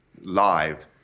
live